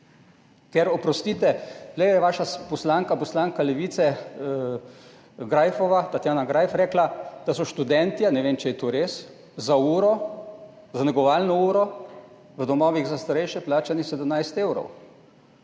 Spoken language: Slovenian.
Oprostite, vaša poslanka, poslanka Levice Tatjana Greif, je rekla, da so študentje, ne vem, če je to res, za negovalno uro v domovih za starejše plačani 17 evrov.